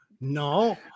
No